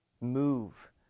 move